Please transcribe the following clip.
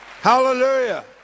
Hallelujah